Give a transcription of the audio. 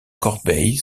corbeil